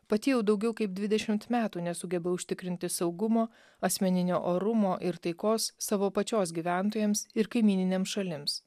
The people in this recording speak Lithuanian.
pati jau daugiau kaip dvidešimt metų nesugeba užtikrinti saugumo asmeninio orumo ir taikos savo pačios gyventojams ir kaimyninėms šalims